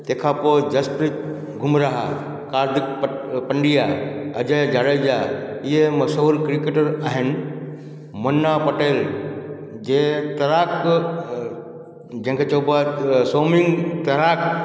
तंहिंखां पोइ जसप्रीत बुमराह हार्दिक पंड्या अजय जडेजा इहे मशहूरु क्रिकेटर आहिनि मुना पटेल जे तैराक जंहिंखे चइबो आहे स्विमिंग तैराक